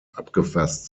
abgefasst